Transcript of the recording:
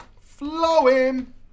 Flowing